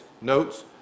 notes